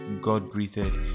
God-breathed